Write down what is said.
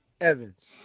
Evans